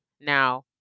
now